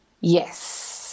yes